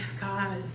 God